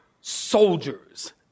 soldiers